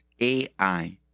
AI